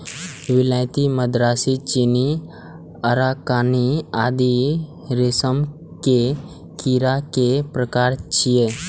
विलायती, मदरासी, चीनी, अराकानी आदि रेशम के कीड़ा के प्रकार छियै